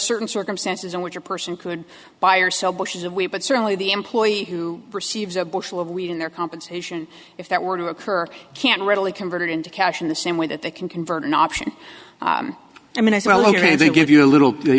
certain circumstances in which a person could buy or sell bush's away but certainly the employee who receives a bushel of wheat in their compensation if that were to occur can readily converted into cash in the same way that they can convert an option i mean i said ok if they give you a little